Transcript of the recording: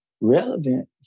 relevant